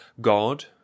god